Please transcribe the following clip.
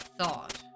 thought